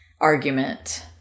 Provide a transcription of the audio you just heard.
argument